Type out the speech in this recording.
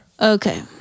Okay